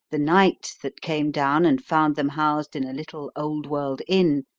the night that came down and found them housed in a little old-world inn,